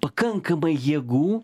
pakankamai jėgų